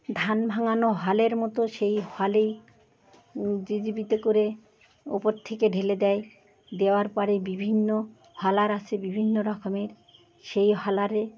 ধান ভাঙানো হলের মতো সেই হলেই জে সি বিতে করে ওপর থেকে ঢেলে দেয় দেওয়ার পরে বিভিন্ন হলার আছে বিভিন্ন রকমের সেই হলারে